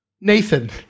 Nathan